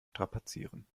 strapazieren